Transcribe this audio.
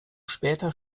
später